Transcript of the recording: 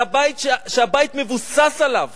שהבית מבוסס עליו,